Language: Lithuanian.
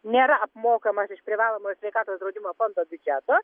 nėra apmokamas iš privalomojo sveikatos draudimo fondo biudžeto